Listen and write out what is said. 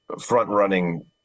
front-running